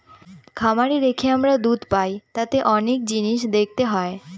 খামারে রেখে আমরা দুধ পাই তাতে অনেক জিনিস দেখতে হয়